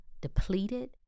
depleted